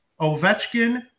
Ovechkin